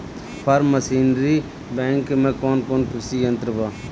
Form machinery bank में कौन कौन कृषि यंत्र बा?